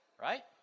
right